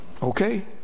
Okay